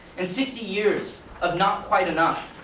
and sixty years of not quite enough,